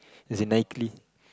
as in Nike